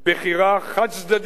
בחירה חד-צדדית